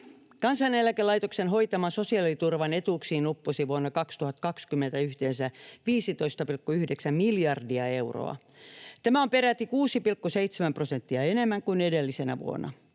Kansaneläkelaitoksen hoitaman sosiaaliturvan etuuksiin upposi vuonna 2020 yhteensä 15,9 miljardia euroa. Tämä on peräti 6,7 prosenttia enemmän kuin edellisenä vuonna.